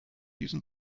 diesen